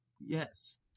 Yes